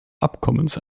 abkommens